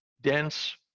dense